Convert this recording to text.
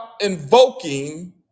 invoking